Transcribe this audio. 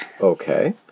Okay